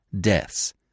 deaths